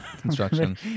construction